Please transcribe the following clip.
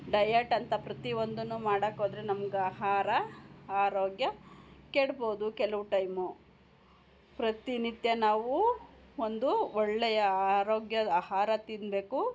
diet ಅಂತ ಪ್ರತಿಯೊಂದನ್ನು ಮಾಡೋಕೆ ಹೋದ್ರೆ ನಮ್ಗೆ ಆಹಾರ ಆರೋಗ್ಯ ಕೆಡ್ಬೋದು ಕೆಲವು ಟೈಮು ಪ್ರತಿನಿತ್ಯ ನಾವು ಒಂದು ಒಳ್ಳೆಯ ಆರೋಗ್ಯ ಆಹಾರ ತಿನ್ನಬೇಕು